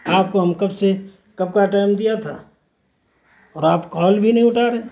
آپ کو ہم کب سے کب کا ٹائم دیا تھا اور آپ کال بھی نہیں اٹھا رہے